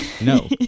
No